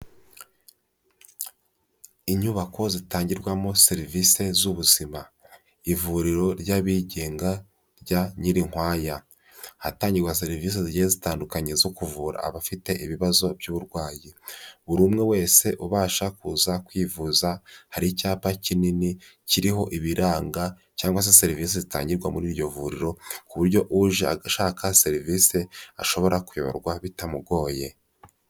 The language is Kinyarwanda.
Inyubako zitangirwamo serivise z'ubuzima ivuriro ry'abigenga rya Nyirinkwaya, ahatangirwa serivise zigiye zitandukanye zo kuvura abafite ibibazo by'uburwayi, buri umwe wese ubasha kuza kwivuza hari icyapa kinini kiriho ibiranga cyangwa serivise zitangirwa muri iryo vuriro ku buryo uje ashaka serivisi ashobora kuyoborwa bitamugoye.